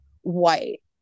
white